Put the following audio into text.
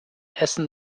essen